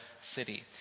City